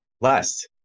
less